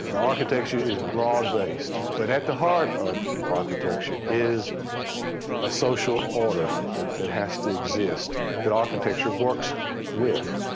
and architecture is broad based, but at the heart of architecture is a social order that that has to exist that architecture works with.